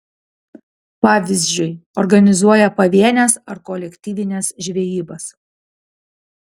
pavyzdžiui organizuoja pavienes ar kolektyvines žvejybas